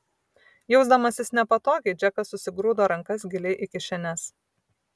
jausdamasis nepatogiai džekas susigrūdo rankas giliai į kišenes